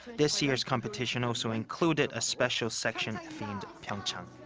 this year's competition also included a special section themed pyeongchang.